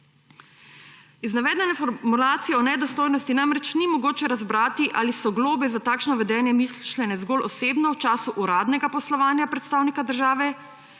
Iz navedene formulacije o nedostojnosti namreč ni mogoče razbrati, ali so globe za takšno vedenje mišljene zgolj osebno v času uradnega poslovanja predstavnika države,